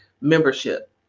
membership